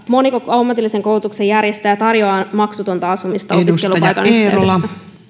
moniko ammatillisen koulutuksen järjestäjä tarjoaa maksutonta asumista opiskelupaikan